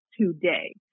today